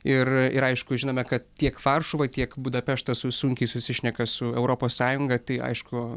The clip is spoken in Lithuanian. ir ir aišku žinome ka tiek varšuva tiek budapeštas su sunkiai susišneka su europos sąjunga tai aišku